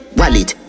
wallet